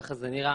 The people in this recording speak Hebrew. כך זה נראה.